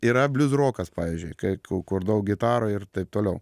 yra bliuzrokas pavyzdžiui kai kurdavau gitara ir taip toliau